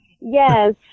Yes